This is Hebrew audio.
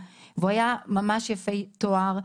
הוא היה ממש יפה תואר.